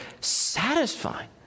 satisfying